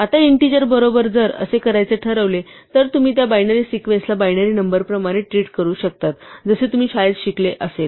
आता इंटीजर बरोबर जर असे करायचे ठरवले तर तुम्ही त्या बायनरी सिक्वेन्स ला बायनरी नंबर प्रमाणे ट्रीट करू शकता जसे तुम्ही शाळेत शिकले असेल